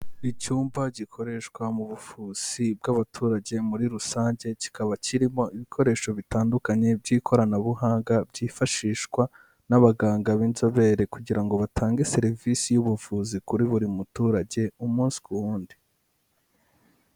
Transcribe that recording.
Icyumba gikoreshwa mu buvuzi bw'abaturage muri rusange, kikaba kirimo ibikoresho bitandukanye by'ikoranabuhanga, byifashishwa n'abaganga b'inzobere kugira ngo batange serivisi y'ubuvuzi kuri buri muturage umunsi ku wundi.